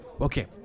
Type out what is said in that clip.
Okay